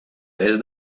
des